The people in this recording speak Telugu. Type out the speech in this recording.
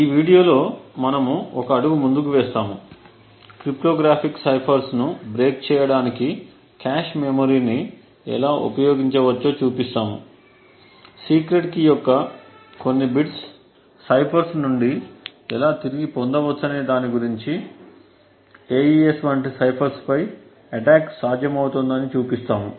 ఈ వీడియోలో మనము ఒక అడుగు ముందుకు వేస్తాము క్రిప్టోగ్రాఫిక్ సైఫర్స్ను బ్రేక్ చేయడానికి కాష్ మెమరీని ఎలా ఉపయోగించవచ్చో చూపిస్తాము సీక్రెట్ కీ యొక్క కొన్ని బిట్స్ సైఫర్స్ నుండి ఎలా తిరిగి పొందవచ్చనే దాని గురించి AES వంటి సైఫర్స్ పై అటాక్ సాధ్యమవుతోందని చూపిస్తాము